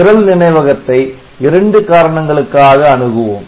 நிரல் நினைவகத்தை இரண்டு காரணங்களுக்காக அணுகுவோம்